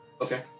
Okay